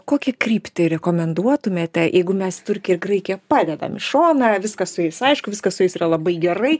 kokį kryptį rekomenduotumėte jeigu mes turkiją ir graikiją padedam į šoną viskas su jais aišku viskas su jais yra labai gerai